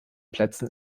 plätzen